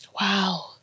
Wow